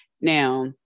Now